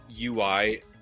UI